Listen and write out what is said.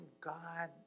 God